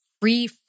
free